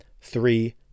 three